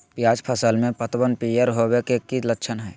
प्याज फसल में पतबन पियर होवे के की लक्षण हय?